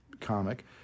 comic